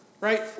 Right